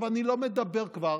אני לא מדבר כבר